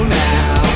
now